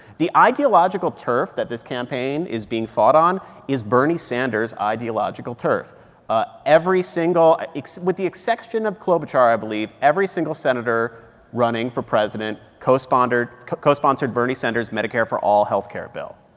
the ideological turf that this campaign is being fought on is bernie sanders' ideological turf ah every single ah with the exception of klobuchar, i believe, every single senator running for president co-sponsored co-sponsored bernie sanders' medicare for all health care bill.